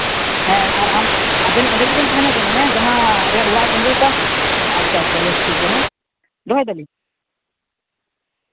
ᱦᱮᱸ ᱟᱨ ᱟᱢ ᱟᱵᱮᱱ ᱚᱸᱰᱮ ᱜᱮᱵᱮᱱ ᱛᱟᱦᱮᱱᱟ ᱡᱮᱱᱚ ᱡᱟᱦᱟᱸ ᱨᱮ ᱚᱲᱟᱜ ᱠᱩᱢᱵᱽᱲᱩᱣ ᱠᱟᱱ ᱟᱪᱪᱷᱟ ᱟᱪᱪᱷᱟ ᱵᱮᱥ ᱴᱷᱤᱠ ᱜᱮᱭᱟ ᱦᱮᱸ ᱫᱚᱦᱚᱭ ᱫᱟᱹᱞᱤᱧ